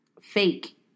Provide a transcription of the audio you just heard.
fake